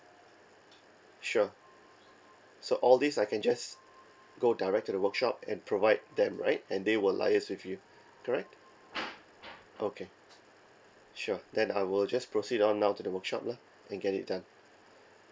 sure so all this I can just go direct to the workshop and provide them right and they will liaise with you correct okay sure then I will just proceed on now to the workshop lah and get it done